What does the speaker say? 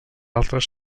altres